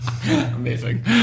Amazing